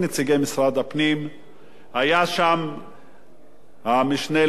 היה שם המשנה למנכ"ל משרד הפנים.